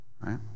Right